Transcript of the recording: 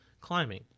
climbing